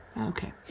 Okay